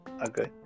Okay